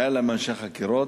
היו להם אנשי חקירות.